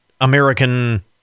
american